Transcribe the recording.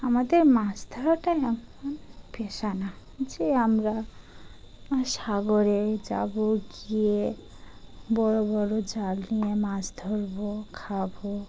আমাদের মাছ ধরাটাই নাকি পেশা না যে আমরা সাগরে যাবো গিয়ে বড়ো বড়ো জাল নিয়ে মাছ ধরবো খাবো